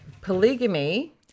Polygamy